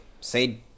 Say